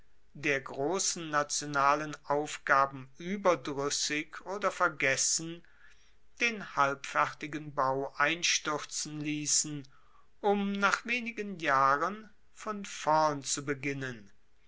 der grossen nationalen aufgaben ueberdruessig oder vergessen den halbfertigen bau einstuerzen liessen um nach wenigen jahren von vorn zu beginnen